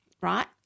right